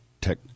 tech